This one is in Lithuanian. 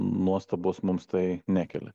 nuostabos mums tai nekelia